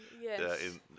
Yes